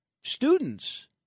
students